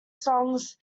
songs